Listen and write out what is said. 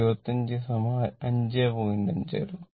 5 ആയിരുന്നു